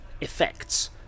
effects